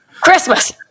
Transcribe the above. Christmas